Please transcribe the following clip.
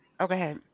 okay